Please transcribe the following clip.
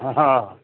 हँ हँ